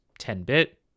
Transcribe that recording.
10-bit